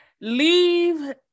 Leave